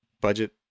budget